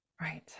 Right